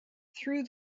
through